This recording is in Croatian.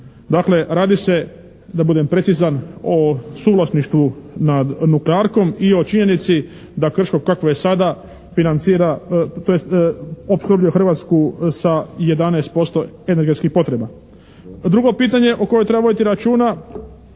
Dakle radi se da budem precizan o suvlasništvu nad nuklearkom i o činjenici da Krško kakvo je sada financira tj. opskrbljuje Hrvatsku sa 11% energetskih potreba. Drugo pitanje o kojem trebamo voditi računa